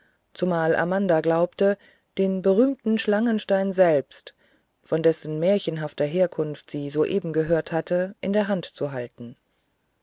zumal amanda glaubte den berühmten schlangenstein selbst von dessen märchenhafter herkunft sie soeben gehört hatte in der hand zu halten